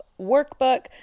Workbook